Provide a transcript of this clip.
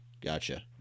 Gotcha